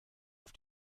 auf